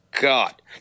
God